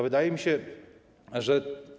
Wydaje mi się, że.